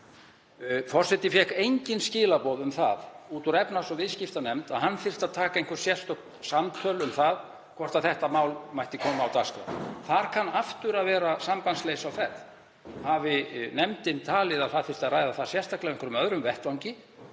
Forseti fékk engin skilaboð um það úr efnahags- og viðskiptanefnd að hann þyrfti að taka einhver sérstök samtöl um það hvort þetta mál mætti koma á dagskrá. Þar kann aftur að vera sambandsleysi á ferð. Hafi nefndin talið að það þyrfti að ræða það sérstaklega á einhverjum öðrum vettvangi